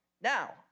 now